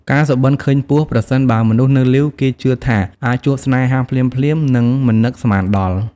ការសុបិនឃើញពស់ ប្រសិនបើមនុស្សនៅលីវ គេជឿថាអាចជួបស្នេហាភ្លាមៗ និងមិននឹកស្មានដល់។